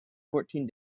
fourteen